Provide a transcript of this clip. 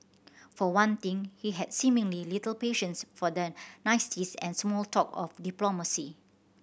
for one thing he had seemingly little patience for the niceties and small talk of diplomacy